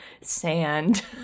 sand